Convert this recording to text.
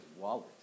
wallet